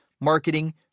marketing